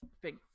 big